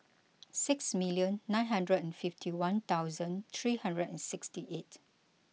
six million nine hundred and fifty one thousand three hundred and sixty eight